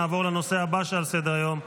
נעבור לנושא הבא של סדר-היום,